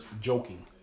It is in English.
joking